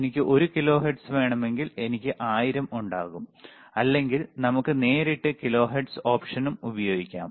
എനിക്ക് ഒരു കിലോഹെർട്സ് വേണമെങ്കിൽ എനിക്ക് 1000 ഉണ്ടാകും അല്ലെങ്കിൽ നമുക്ക് നേരിട്ട് കിലോഹെർട്സ് ഓപ്ഷനും ഉപയോഗിക്കാം